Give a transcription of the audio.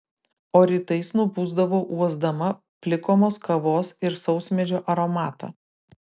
o rytais nubusdavau uosdama plikomos kavos ir sausmedžio aromatą